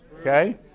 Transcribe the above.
Okay